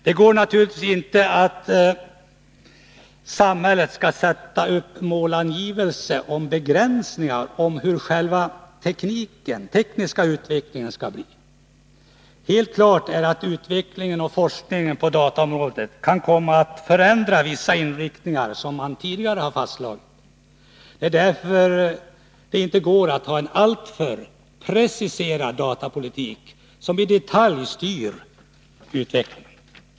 Det går naturligtvis inte att samhället sätter upp målangivelser och begränsningar för den datatekniska utvecklingen. Helt klart är att utvecklingen och forskningen på dataområdet kan komma att förändra vissa inriktningar som tidigare varit fastlagda. Det är därför det inte går att ha en alltför preciserad datapolitik som i detalj styr utvecklingen.